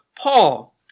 Paul